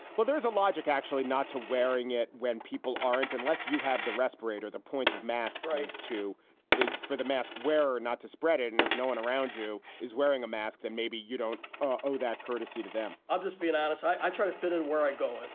well, there's a logic actually not to wearing it when people aren't unless you have the respirator. the point of mask. right, too is for the mask where not to spread it. and if no one around you is wearing a mask, then maybe you don't owe owe that courtesy to them i'm just being honest. i try to fit in where i go.